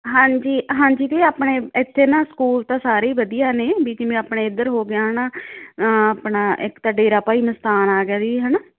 ਹਾਂਜੀ ਹਾਂਜੀ ਦੀ ਆਪਣੇ ਇੱਥੇ ਨਾ ਸਕੂਲ ਤਾਂ ਸਾਰੇ ਹੀ ਵਧੀਆ ਨੇ ਵੀ ਜਿਵੇਂ ਆਪਣੇ ਇੱਧਰ ਹੋ ਗਿਆ ਹੈ ਨਾ ਆਪਣਾ ਇੱਕ ਤਾਂ ਡੇਰਾ ਭਾਈ ਮਸਤਾਨ ਆ ਗਿਆ ਦੀਦੀ ਹੈ ਨਾ